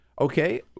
okay